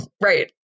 Right